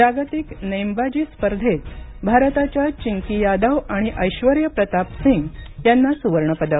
जागतिक नेमबाजी स्पर्धेत भारताच्या चिंकी यादव आणि ऐश्वर्य प्रताप सिंग यांना सुवर्ण पदक